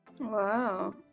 Wow